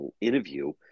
interview